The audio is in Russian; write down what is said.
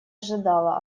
ожидала